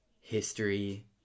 history